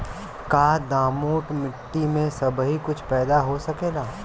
का दोमट माटी में सबही कुछ पैदा हो सकेला?